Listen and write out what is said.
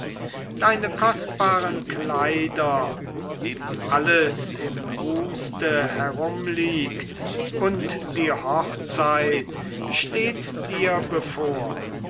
deine kostbaren kleider wie alles im wüste herum liegt und die hochzeit steht dir bevor